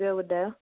ॿियो ॿुधायो